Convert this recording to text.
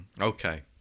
Okay